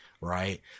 right